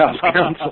Council